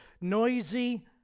noisy